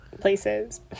places